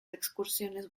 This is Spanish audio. excursiones